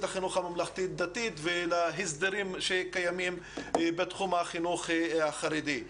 החינוך הממלכתי דתי ולהסדרים שקיימים בתחום החינוך החרדי.